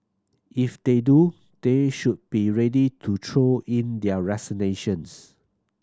if they do they should be ready to throw in their resignations